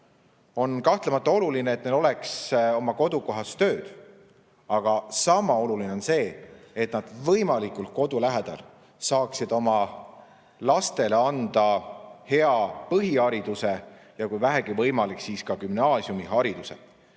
on kahtlemata oluline, et neil oleks kodukohas tööd. Aga niisama oluline on see, et nad võimalikult kodu lähedal saaksid oma lastele anda hea põhihariduse ja kui vähegi võimalik, siis ka gümnaasiumihariduse.